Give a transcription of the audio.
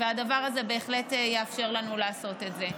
והדבר הזה בהחלט יאפשר לנו לעשות את זה.